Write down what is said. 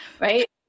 Right